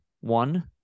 one